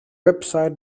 website